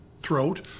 throat